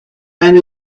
and